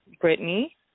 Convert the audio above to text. Brittany